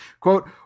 quote